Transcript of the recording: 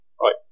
Right